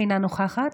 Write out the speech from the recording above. אינה נוכחת,